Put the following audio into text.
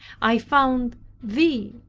i found thee,